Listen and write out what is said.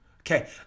Okay